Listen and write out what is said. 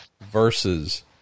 versus